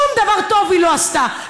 שום דבר טוב היא לא עשתה,